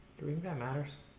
that matters,